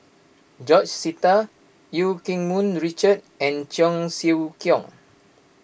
George Sita Eu Keng Mun Richard and Cheong Siew Keong